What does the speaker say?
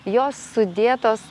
jos sudėtos